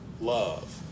love